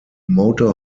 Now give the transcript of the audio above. motor